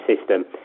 system